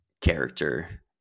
character